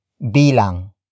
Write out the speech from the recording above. bilang